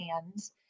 hands